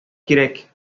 кирәк